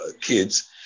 kids